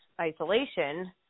isolation